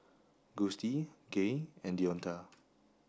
Gustie Gaye and Deonta